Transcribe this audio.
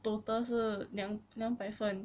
total 是两两百分